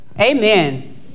Amen